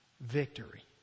victory